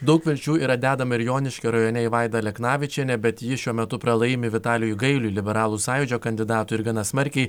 daug vilčių yra dedama ir joniškio rajoneį vaidą aleknavičienę bet ji šiuo metu pralaimi vitalijui gailiui liberalų sąjūdžio kandidatui ir gana smarkiai